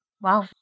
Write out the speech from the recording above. Wow